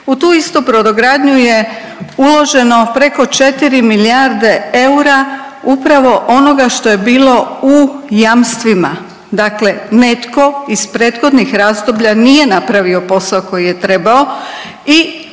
u tu istu brodogradnju je uloženo preko 4 milijarde eura upravo onoga što je bilo u jamstvima. Dakle netko iz prethodnih razdoblja nije napravio posao koji je trebao i